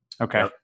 Okay